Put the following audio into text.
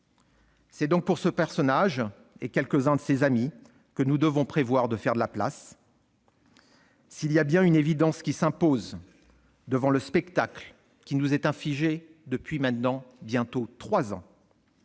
C'est donc pour ce personnage, et pour quelques-uns de ses amis, que nous devons prévoir de faire de la place. S'il est bien une évidence qui s'impose devant le spectacle qui nous est infligé depuis bientôt trois ans,